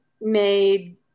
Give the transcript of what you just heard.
made